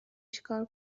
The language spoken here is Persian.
چیکار